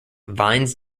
vines